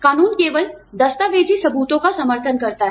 कानून केवल दस्तावेजी सबूतों का समर्थन करता है